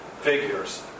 figures